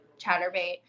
Chatterbait